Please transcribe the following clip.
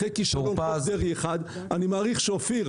אחרי כישלון ל"חוק דרעי 1". אני מעריך אופיר,